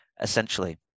essentially